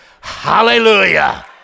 Hallelujah